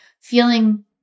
feeling